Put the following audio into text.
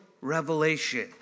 revelation